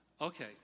Okay